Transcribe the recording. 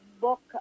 book